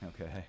Okay